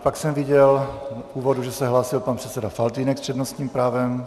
Pak jsem viděl v úvodu, že se hlásil pan předseda Faltýnek s přednostním právem.